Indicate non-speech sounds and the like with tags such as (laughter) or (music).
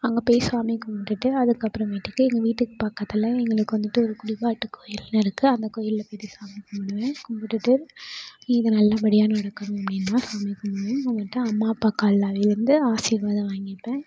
அங்கே போய் சாமி கும்பிட்டுட்டு அதுக்கப்புறமேட்டுக்கு எங்கள் வீட்டுக்கு பக்கத்தில் எங்களுக்கு வந்துட்டு ஒரு (unintelligible) கோயில்னு இருக்குது அந்த கோயிலில் போயிட்டு சாமி கும்பிடுவேன் கும்பிடுட்டு இது நல்லபடியாக நடக்கணும் அப்படின்னு சாமி கும்பிடுவேன் கும்பிட்டுட்டு அம்மா அப்பா காலில் விழுந்து ஆசிர்வாதம் வாங்கிப்பேன்